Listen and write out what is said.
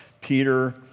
Peter